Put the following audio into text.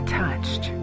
touched